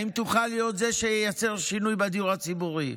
האם תוכל להיות זה שייצר שינוי בדיור הציבורי?